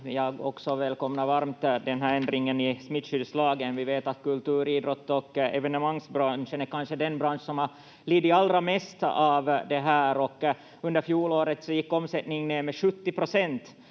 Också jag välkomnar varmt den här ändringen i smittskyddslagen. Vi vet att kultur-, idrott- och evenemangsbranschen kanske är den bransch som har lidit allra mest av det här. Under fjolåret gick omsättningen ner med 70 procent,